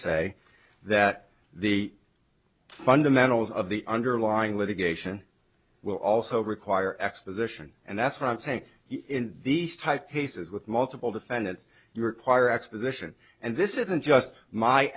say that the fundamentals of the underlying litigation will also require exposition and that's what i'm saying in these type aces with multiple defendants you require exposition and this isn't just my